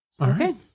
okay